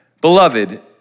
Beloved